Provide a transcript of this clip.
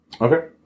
Okay